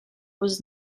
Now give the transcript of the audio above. was